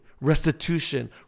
restitution